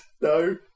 No